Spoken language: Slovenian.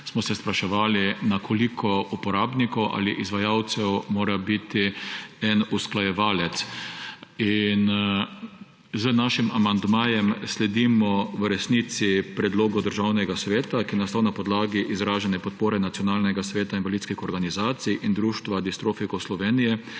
čas spraševali, na koliko uporabnikov ali izvajalcev mora biti en usklajevalec. In z našim amandmajem sledimo v resnici predlogu Državnega sveta, ki je nastal na podlagi izražene podpore Nacionalnega sveta invalidskih organizacij Slovenije in Društva distrofikov Slovenije,